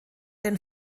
den